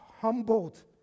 humbled